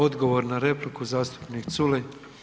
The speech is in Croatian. Odgovor na repliku zastupnik Culej.